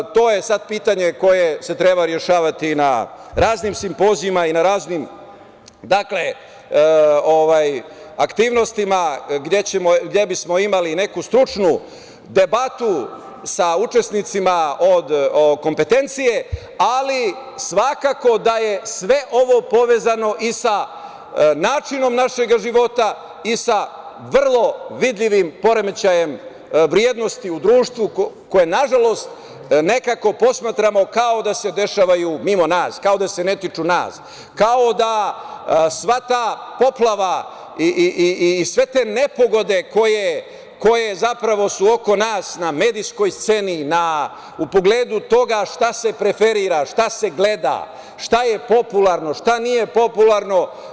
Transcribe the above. To je sad pitanje koje se treba rešavati na raznim simpozijumima i na raznim aktivnostima gde bismo imali neku stručnu debatu sa učesnicima od kompetencije, ali svakako da je sve ovo povezano i sa načinom našeg života i sa vrlo vidljivim poremećajem vrednosti u društvu koje nažalost nekako posmatramo kao da se dešavaju mimo nas, kao da se ni tiču nas, kao da sva ta poplava i sve te nepogode koje zapravo su oko nas na medijskoj sceni, u pogledu toga šta se preferira, šta se gleda, šta je popularno, šta nije popularno.